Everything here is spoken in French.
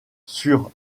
sur